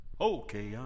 Okay